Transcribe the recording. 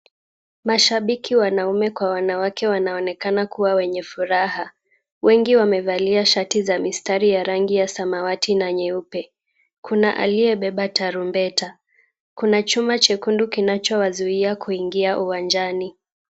Mashabiki wanaume kwa wanawake wanaonekana kuwa wenye furaha, wengi wamevalia shati za mistari ya rangi ya samawati na nyeupe. Kuna aliyebeba tarumbeta, kuna chuma chekundu kinachowazuia kuingia uwanjani.